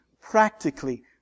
practically